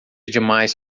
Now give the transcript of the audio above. demais